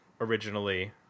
originally